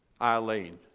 Eileen